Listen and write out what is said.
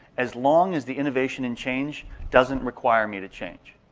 as long as the innovation and change doesn't require me to change.